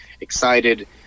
excited